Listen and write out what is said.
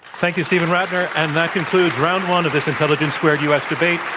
thank you, steven rattner. and that concludes round one of this intelligence squared u. s. debate,